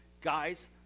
guys